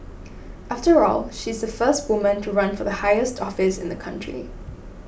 after all she's the first woman to run for the highest office in the country